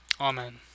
Amen